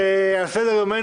סדר היום,